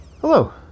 Hello